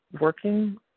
working